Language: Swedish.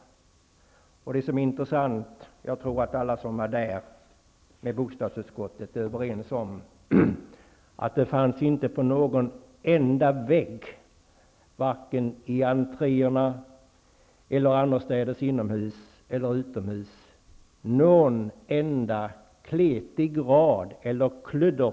Jag tror att alla som var där med bostadsutskottet är överens om att inte på någon enda vägg, varken i entréerna eller annorstädes inomhus eller utomhus, fanns någon enda kletig rad eller kludd.